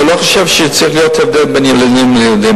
אבל אני לא חושב שצריך להיות הבדל בין ילדים לילדים.